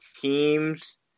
teams